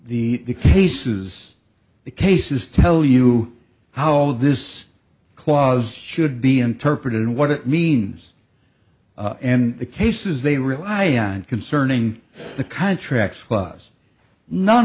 of the cases the cases tell you how this clause should be interpreted and what it means and the cases they rely on concerning the contracts clubs none